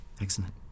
Excellent